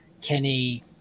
Kenny